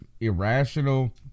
irrational